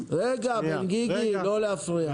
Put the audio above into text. רגע, גיגי, לא להפריע.